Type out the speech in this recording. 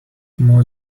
more